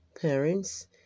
Parents